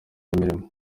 imirimo